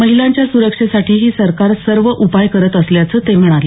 महिलांच्या सुरक्षेसाठीही सरकार सर्व उपाय करत असल्याचं ते म्हणाले